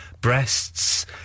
breasts